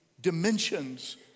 dimensions